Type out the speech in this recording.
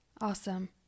Awesome